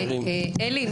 אלי,